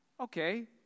okay